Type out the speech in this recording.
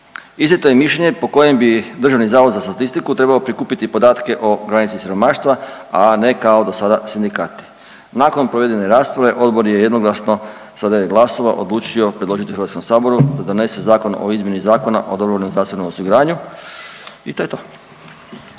Iznijeto je mišljenje po kojem bi DZS trebao prikupiti podatke o granici siromaštva, a ne kao do sada, sindikati. Nakon provedene rasprave, Odbor je jednoglasno, sa 9 glasova odlučio predložiti HS-u da donese zakon o izmjeni Zakona o dobrovoljnom zdravstvenom osiguranju i to je to.